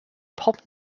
pop